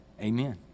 Amen